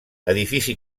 edifici